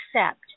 accept